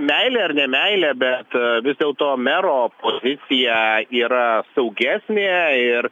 meilė ar ne meilė bet vis dėlto mero pozicija yra saugesnė ir